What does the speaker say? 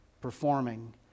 performing